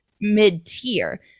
mid-tier